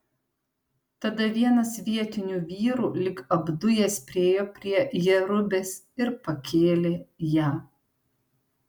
tada vienas vietinių vyrų lyg apdujęs priėjo prie jerubės ir pakėlė ją